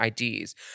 IDs